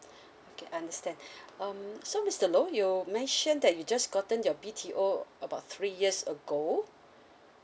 okay understand um so mister low you mentioned that you just gotten your B_T_O about three years ago